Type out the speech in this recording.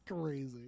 crazy